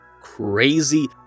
crazy